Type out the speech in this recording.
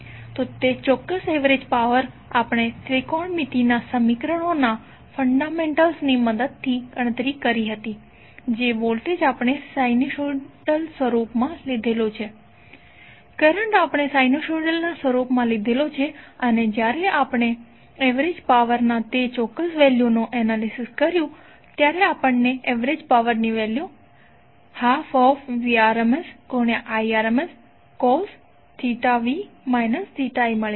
તો તે ચોક્કસ એવરેજ પાવર આપણે ત્રિકોણમિતિના સમીકરણોના ફંડામેન્ટલ્સ ની મદદથી ગણતરી કરી હતી જે વોલ્ટેજ આપણે સિનોસાઇડલ સ્વરૂપમાં લીધેલો છે કરંટ આપણે સાઈનુસોઇડલ સ્વરૂપમાં લીધેલો છો અને જ્યારે આપણે એવરેજ પાવર ના તે ચોક્કસ વેલ્યુનું એનાલિસિસ કર્યું ત્યારે આપણને એવરેજ પાવરની વેલ્યુ 12 VrmsIrms cosv i મળી